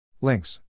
Links